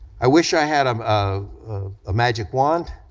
i wish i had um um a magic wand,